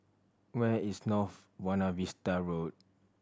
where is North Buona Vista Road